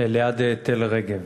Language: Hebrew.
ליד תל-רגב.